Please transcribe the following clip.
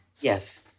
Yes